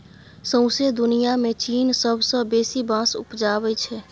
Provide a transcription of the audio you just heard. सौंसे दुनियाँ मे चीन सबसँ बेसी बाँस उपजाबै छै